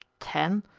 ten?